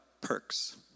perks